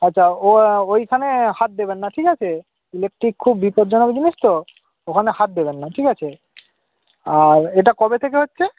আচ্ছা ও ওইখানে হাত দেবেন না ঠিক আছে ইলেকট্রিক খুব বিপজ্জনক জিনিস তো ওখানে হাত দেবেন না ঠিক আছে আর এটা কবে থেকে হচ্ছে